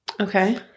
Okay